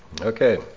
okay